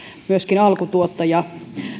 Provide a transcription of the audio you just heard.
myöskin alkutuottaja